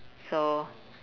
so